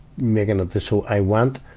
making a dis so i went,